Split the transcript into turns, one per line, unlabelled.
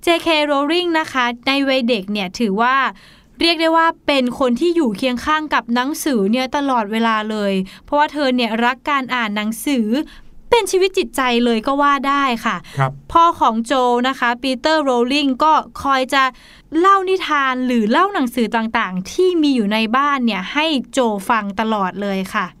J.K. Rowling นะคะในวัยเด็กเนี่ยถือว่าเรียกได้ว่าเป็นคนที่อยู่เคียงข้างกับหนังสือเนี่ยตลอดเวลาเลยเพราะว่าเธอเนี่ยรักการอ่านหนังสือเป็นชีวิตจิตใจเลยก็ว่าได้ค่ะ
ครับ
พ่อของโจนะคะปีเตอร์โรลลิงก็คอยจะเล่านิทานหรือเล่าหนังสือต่างๆที่มีอยู่ในบ้านเนี่ยให้โจฟังตลอดเลยค่ะ